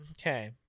Okay